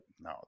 no